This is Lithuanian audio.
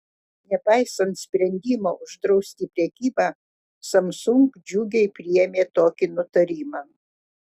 nepaisant sprendimo uždrausti prekybą samsung džiugiai priėmė tokį nutarimą